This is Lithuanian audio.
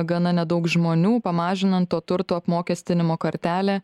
gana nedaug žmonių pamažinant to turto apmokestinimo kartelę